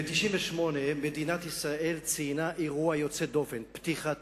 ב-1998 מדינת ישראל ציינה אירוע יוצא דופן, פתיחה